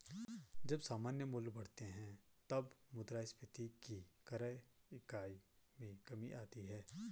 जब सामान्य मूल्य बढ़ते हैं, तब मुद्रास्फीति की क्रय इकाई में कमी आती है